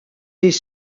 des